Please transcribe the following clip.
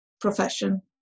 profession